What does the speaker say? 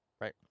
right